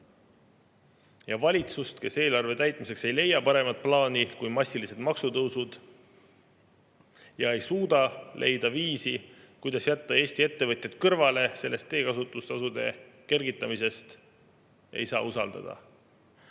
tule. Valitsust, kes eelarve täitmiseks ei leia paremat plaani kui massilised maksutõusud ja ei suuda leida viisi, kuidas jätta Eesti ettevõtjad kõrvale teekasutustasude kergitamisest, ei saa usaldada.